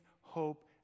hope